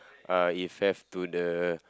uh if have to the